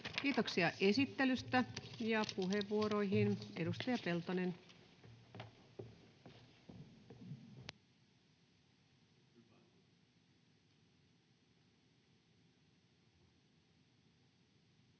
Kiitoksia esittelystä. — Ja puheenvuoroihin. — Edustaja Peltonen. [Speech